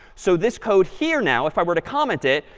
so this code here now, if i were to comment it,